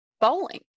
bowling